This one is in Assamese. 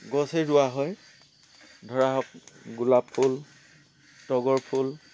গছেই ৰোৱা হয় ধৰা হওক গোলাপ ফুল তগৰ ফুল